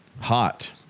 hot